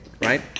right